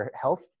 health